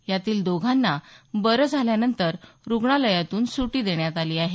यातील दोघांना बरे झाल्यानंतर रुग्णालयातून सुटी देण्यात आली आहे